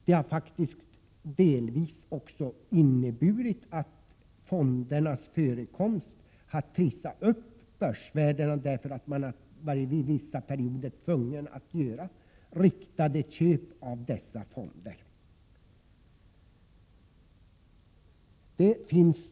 Det har faktiskt delvis också inneburit att fondernas förekomst har trissat upp börsvärdena, därför att man under vissa perioder har varit tvungen att göra riktade köp när det gäller dessa fonder.